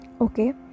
okay